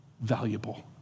valuable